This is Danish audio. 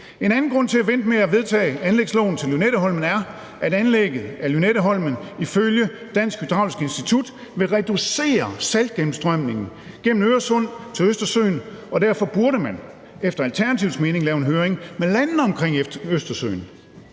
En anden grund til at vente med at vedtage anlægsloven til Lynetteholm er, at anlægget af Lynetteholm ifølge Dansk Hydraulisk Institut vil reducere saltgennemstrømningen gennem Øresund til Østersøen, og derfor burde man efter Alternativets mening lave en høring med landene omkring Østersøen.